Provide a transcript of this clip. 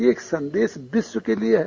यह संदेश विश्व के लिये है